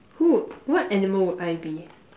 who what animal would I be